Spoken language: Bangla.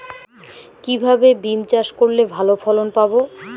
কিভাবে বিম চাষ করলে ভালো ফলন পাব?